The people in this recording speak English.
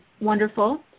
wonderful